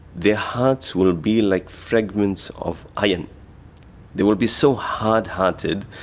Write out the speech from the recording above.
their hearts will be like fragments of iron. they will be so hard-hearted,